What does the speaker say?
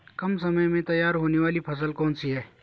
कम समय में तैयार होने वाली फसल कौन सी है?